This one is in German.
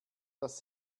dass